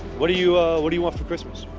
what do you um what do you want for christmas?